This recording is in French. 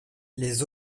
les